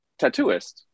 tattooist